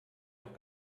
auch